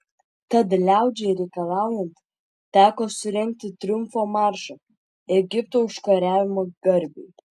tad liaudžiai reikalaujant teko surengti triumfo maršą egipto užkariavimo garbei